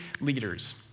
leaders